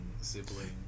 sibling